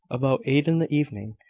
about eight in the evening,